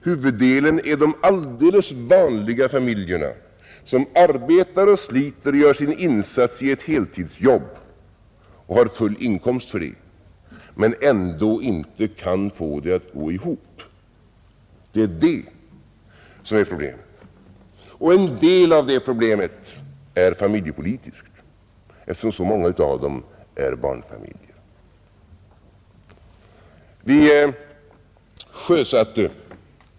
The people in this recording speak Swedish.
Huvuddelen utgörs av de alldeles vanliga familjerna, som arbetar och sliter och gör sin insats i ett heltidsjobb, har full inkomst för det men ändå inte kan få ekonomin att gå ihop. Det är detta som är problemet. Och en del av problemet är familjepolitisk, eftersom så många av dem är barnfamiljer.